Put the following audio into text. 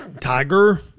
tiger